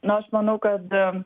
nu aš manau kad